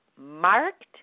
marked